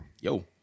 Yo